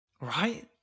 Right